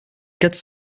quatre